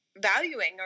valuing